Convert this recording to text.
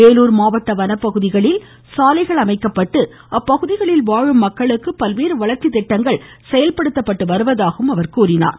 வேலூர் மாவட்ட வன பகுதிகளில் சாலைகள் அமைத்து அப்பகுதிகளில் வாழும் மக்களுக்கு பல்வேறு வளர்ச்சி திட்டங்கள் செயல்படுத்தப்பட்டு வருவதாகவும் கூறினார்